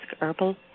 Herbal